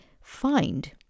find